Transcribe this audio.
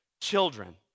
children